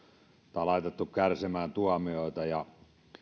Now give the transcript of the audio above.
tai laitettu kärsimään tuomioita ja